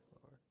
Lord